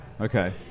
Okay